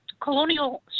colonial